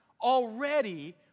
already